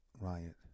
riot